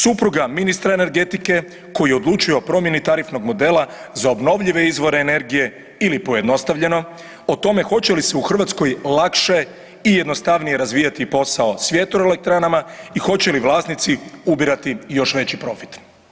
Supruga ministra energetike koji je odlučio promijeni tarifnog modela za obnovljive izvore energije ili pojednostavljeno, o tome hoće li se u Hrvatskoj lakše i jednostavnije razvijati posao s vjetroelektranama i hoće li vlasnici ubirati još veći profit.